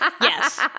Yes